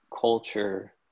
culture